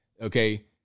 Okay